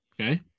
Okay